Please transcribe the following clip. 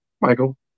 Michael